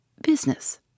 Business